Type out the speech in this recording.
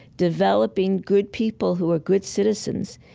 developing good people who are good citizens,